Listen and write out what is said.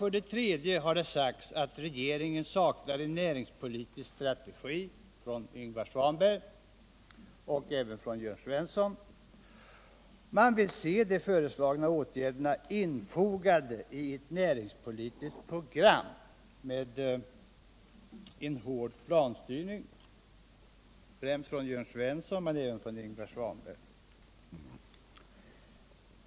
För det tredje har det sagts — bl.a. av Ingvar Svanberg och även av Jörn Svensson - att regeringen saknar en näringspolitisk strategi. Man vill se de föreslagna åtgärderna infogade i ett näringspolitiskt program med en hård planstyrning — främst från Jörn Svenssons sida, men även från Ingvar Svanbergs.